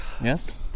Yes